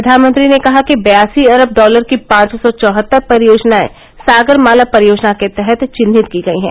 प्रधानमंत्री ने कहा कि बयासी अरब डॉलर की पांच सौ चौहत्तर परियोजनाए सागर माला परियोजना के तहत चिन्हित की गई हैं